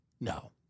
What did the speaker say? No